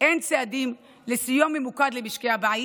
הן צעדים לסיוע ממוקד למשקי הבית